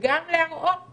וגם להראות